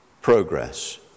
progress